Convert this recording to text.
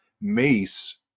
mace